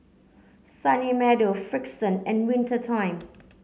Sunny Meadow Frixion and Winter Time